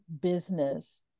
business